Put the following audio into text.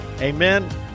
Amen